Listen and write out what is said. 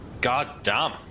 Goddamn